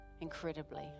incredibly